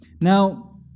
Now